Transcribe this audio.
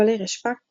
ולריה שפאק,